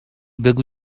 بگو